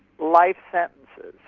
life sentences,